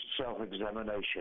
self-examination